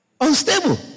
unstable